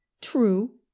true